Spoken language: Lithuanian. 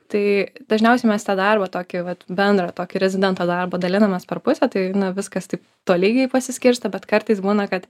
tai dažniausiai mes tą darbą tokį vat bendrą tokį rezidento darbą dalinamės per pusę tai viskas taip tolygiai pasiskirsto bet kartais būna kad